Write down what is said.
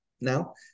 now